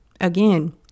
again